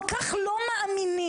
כל כך לא מאמינים,